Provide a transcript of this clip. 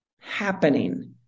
happening